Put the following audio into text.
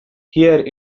here